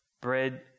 bread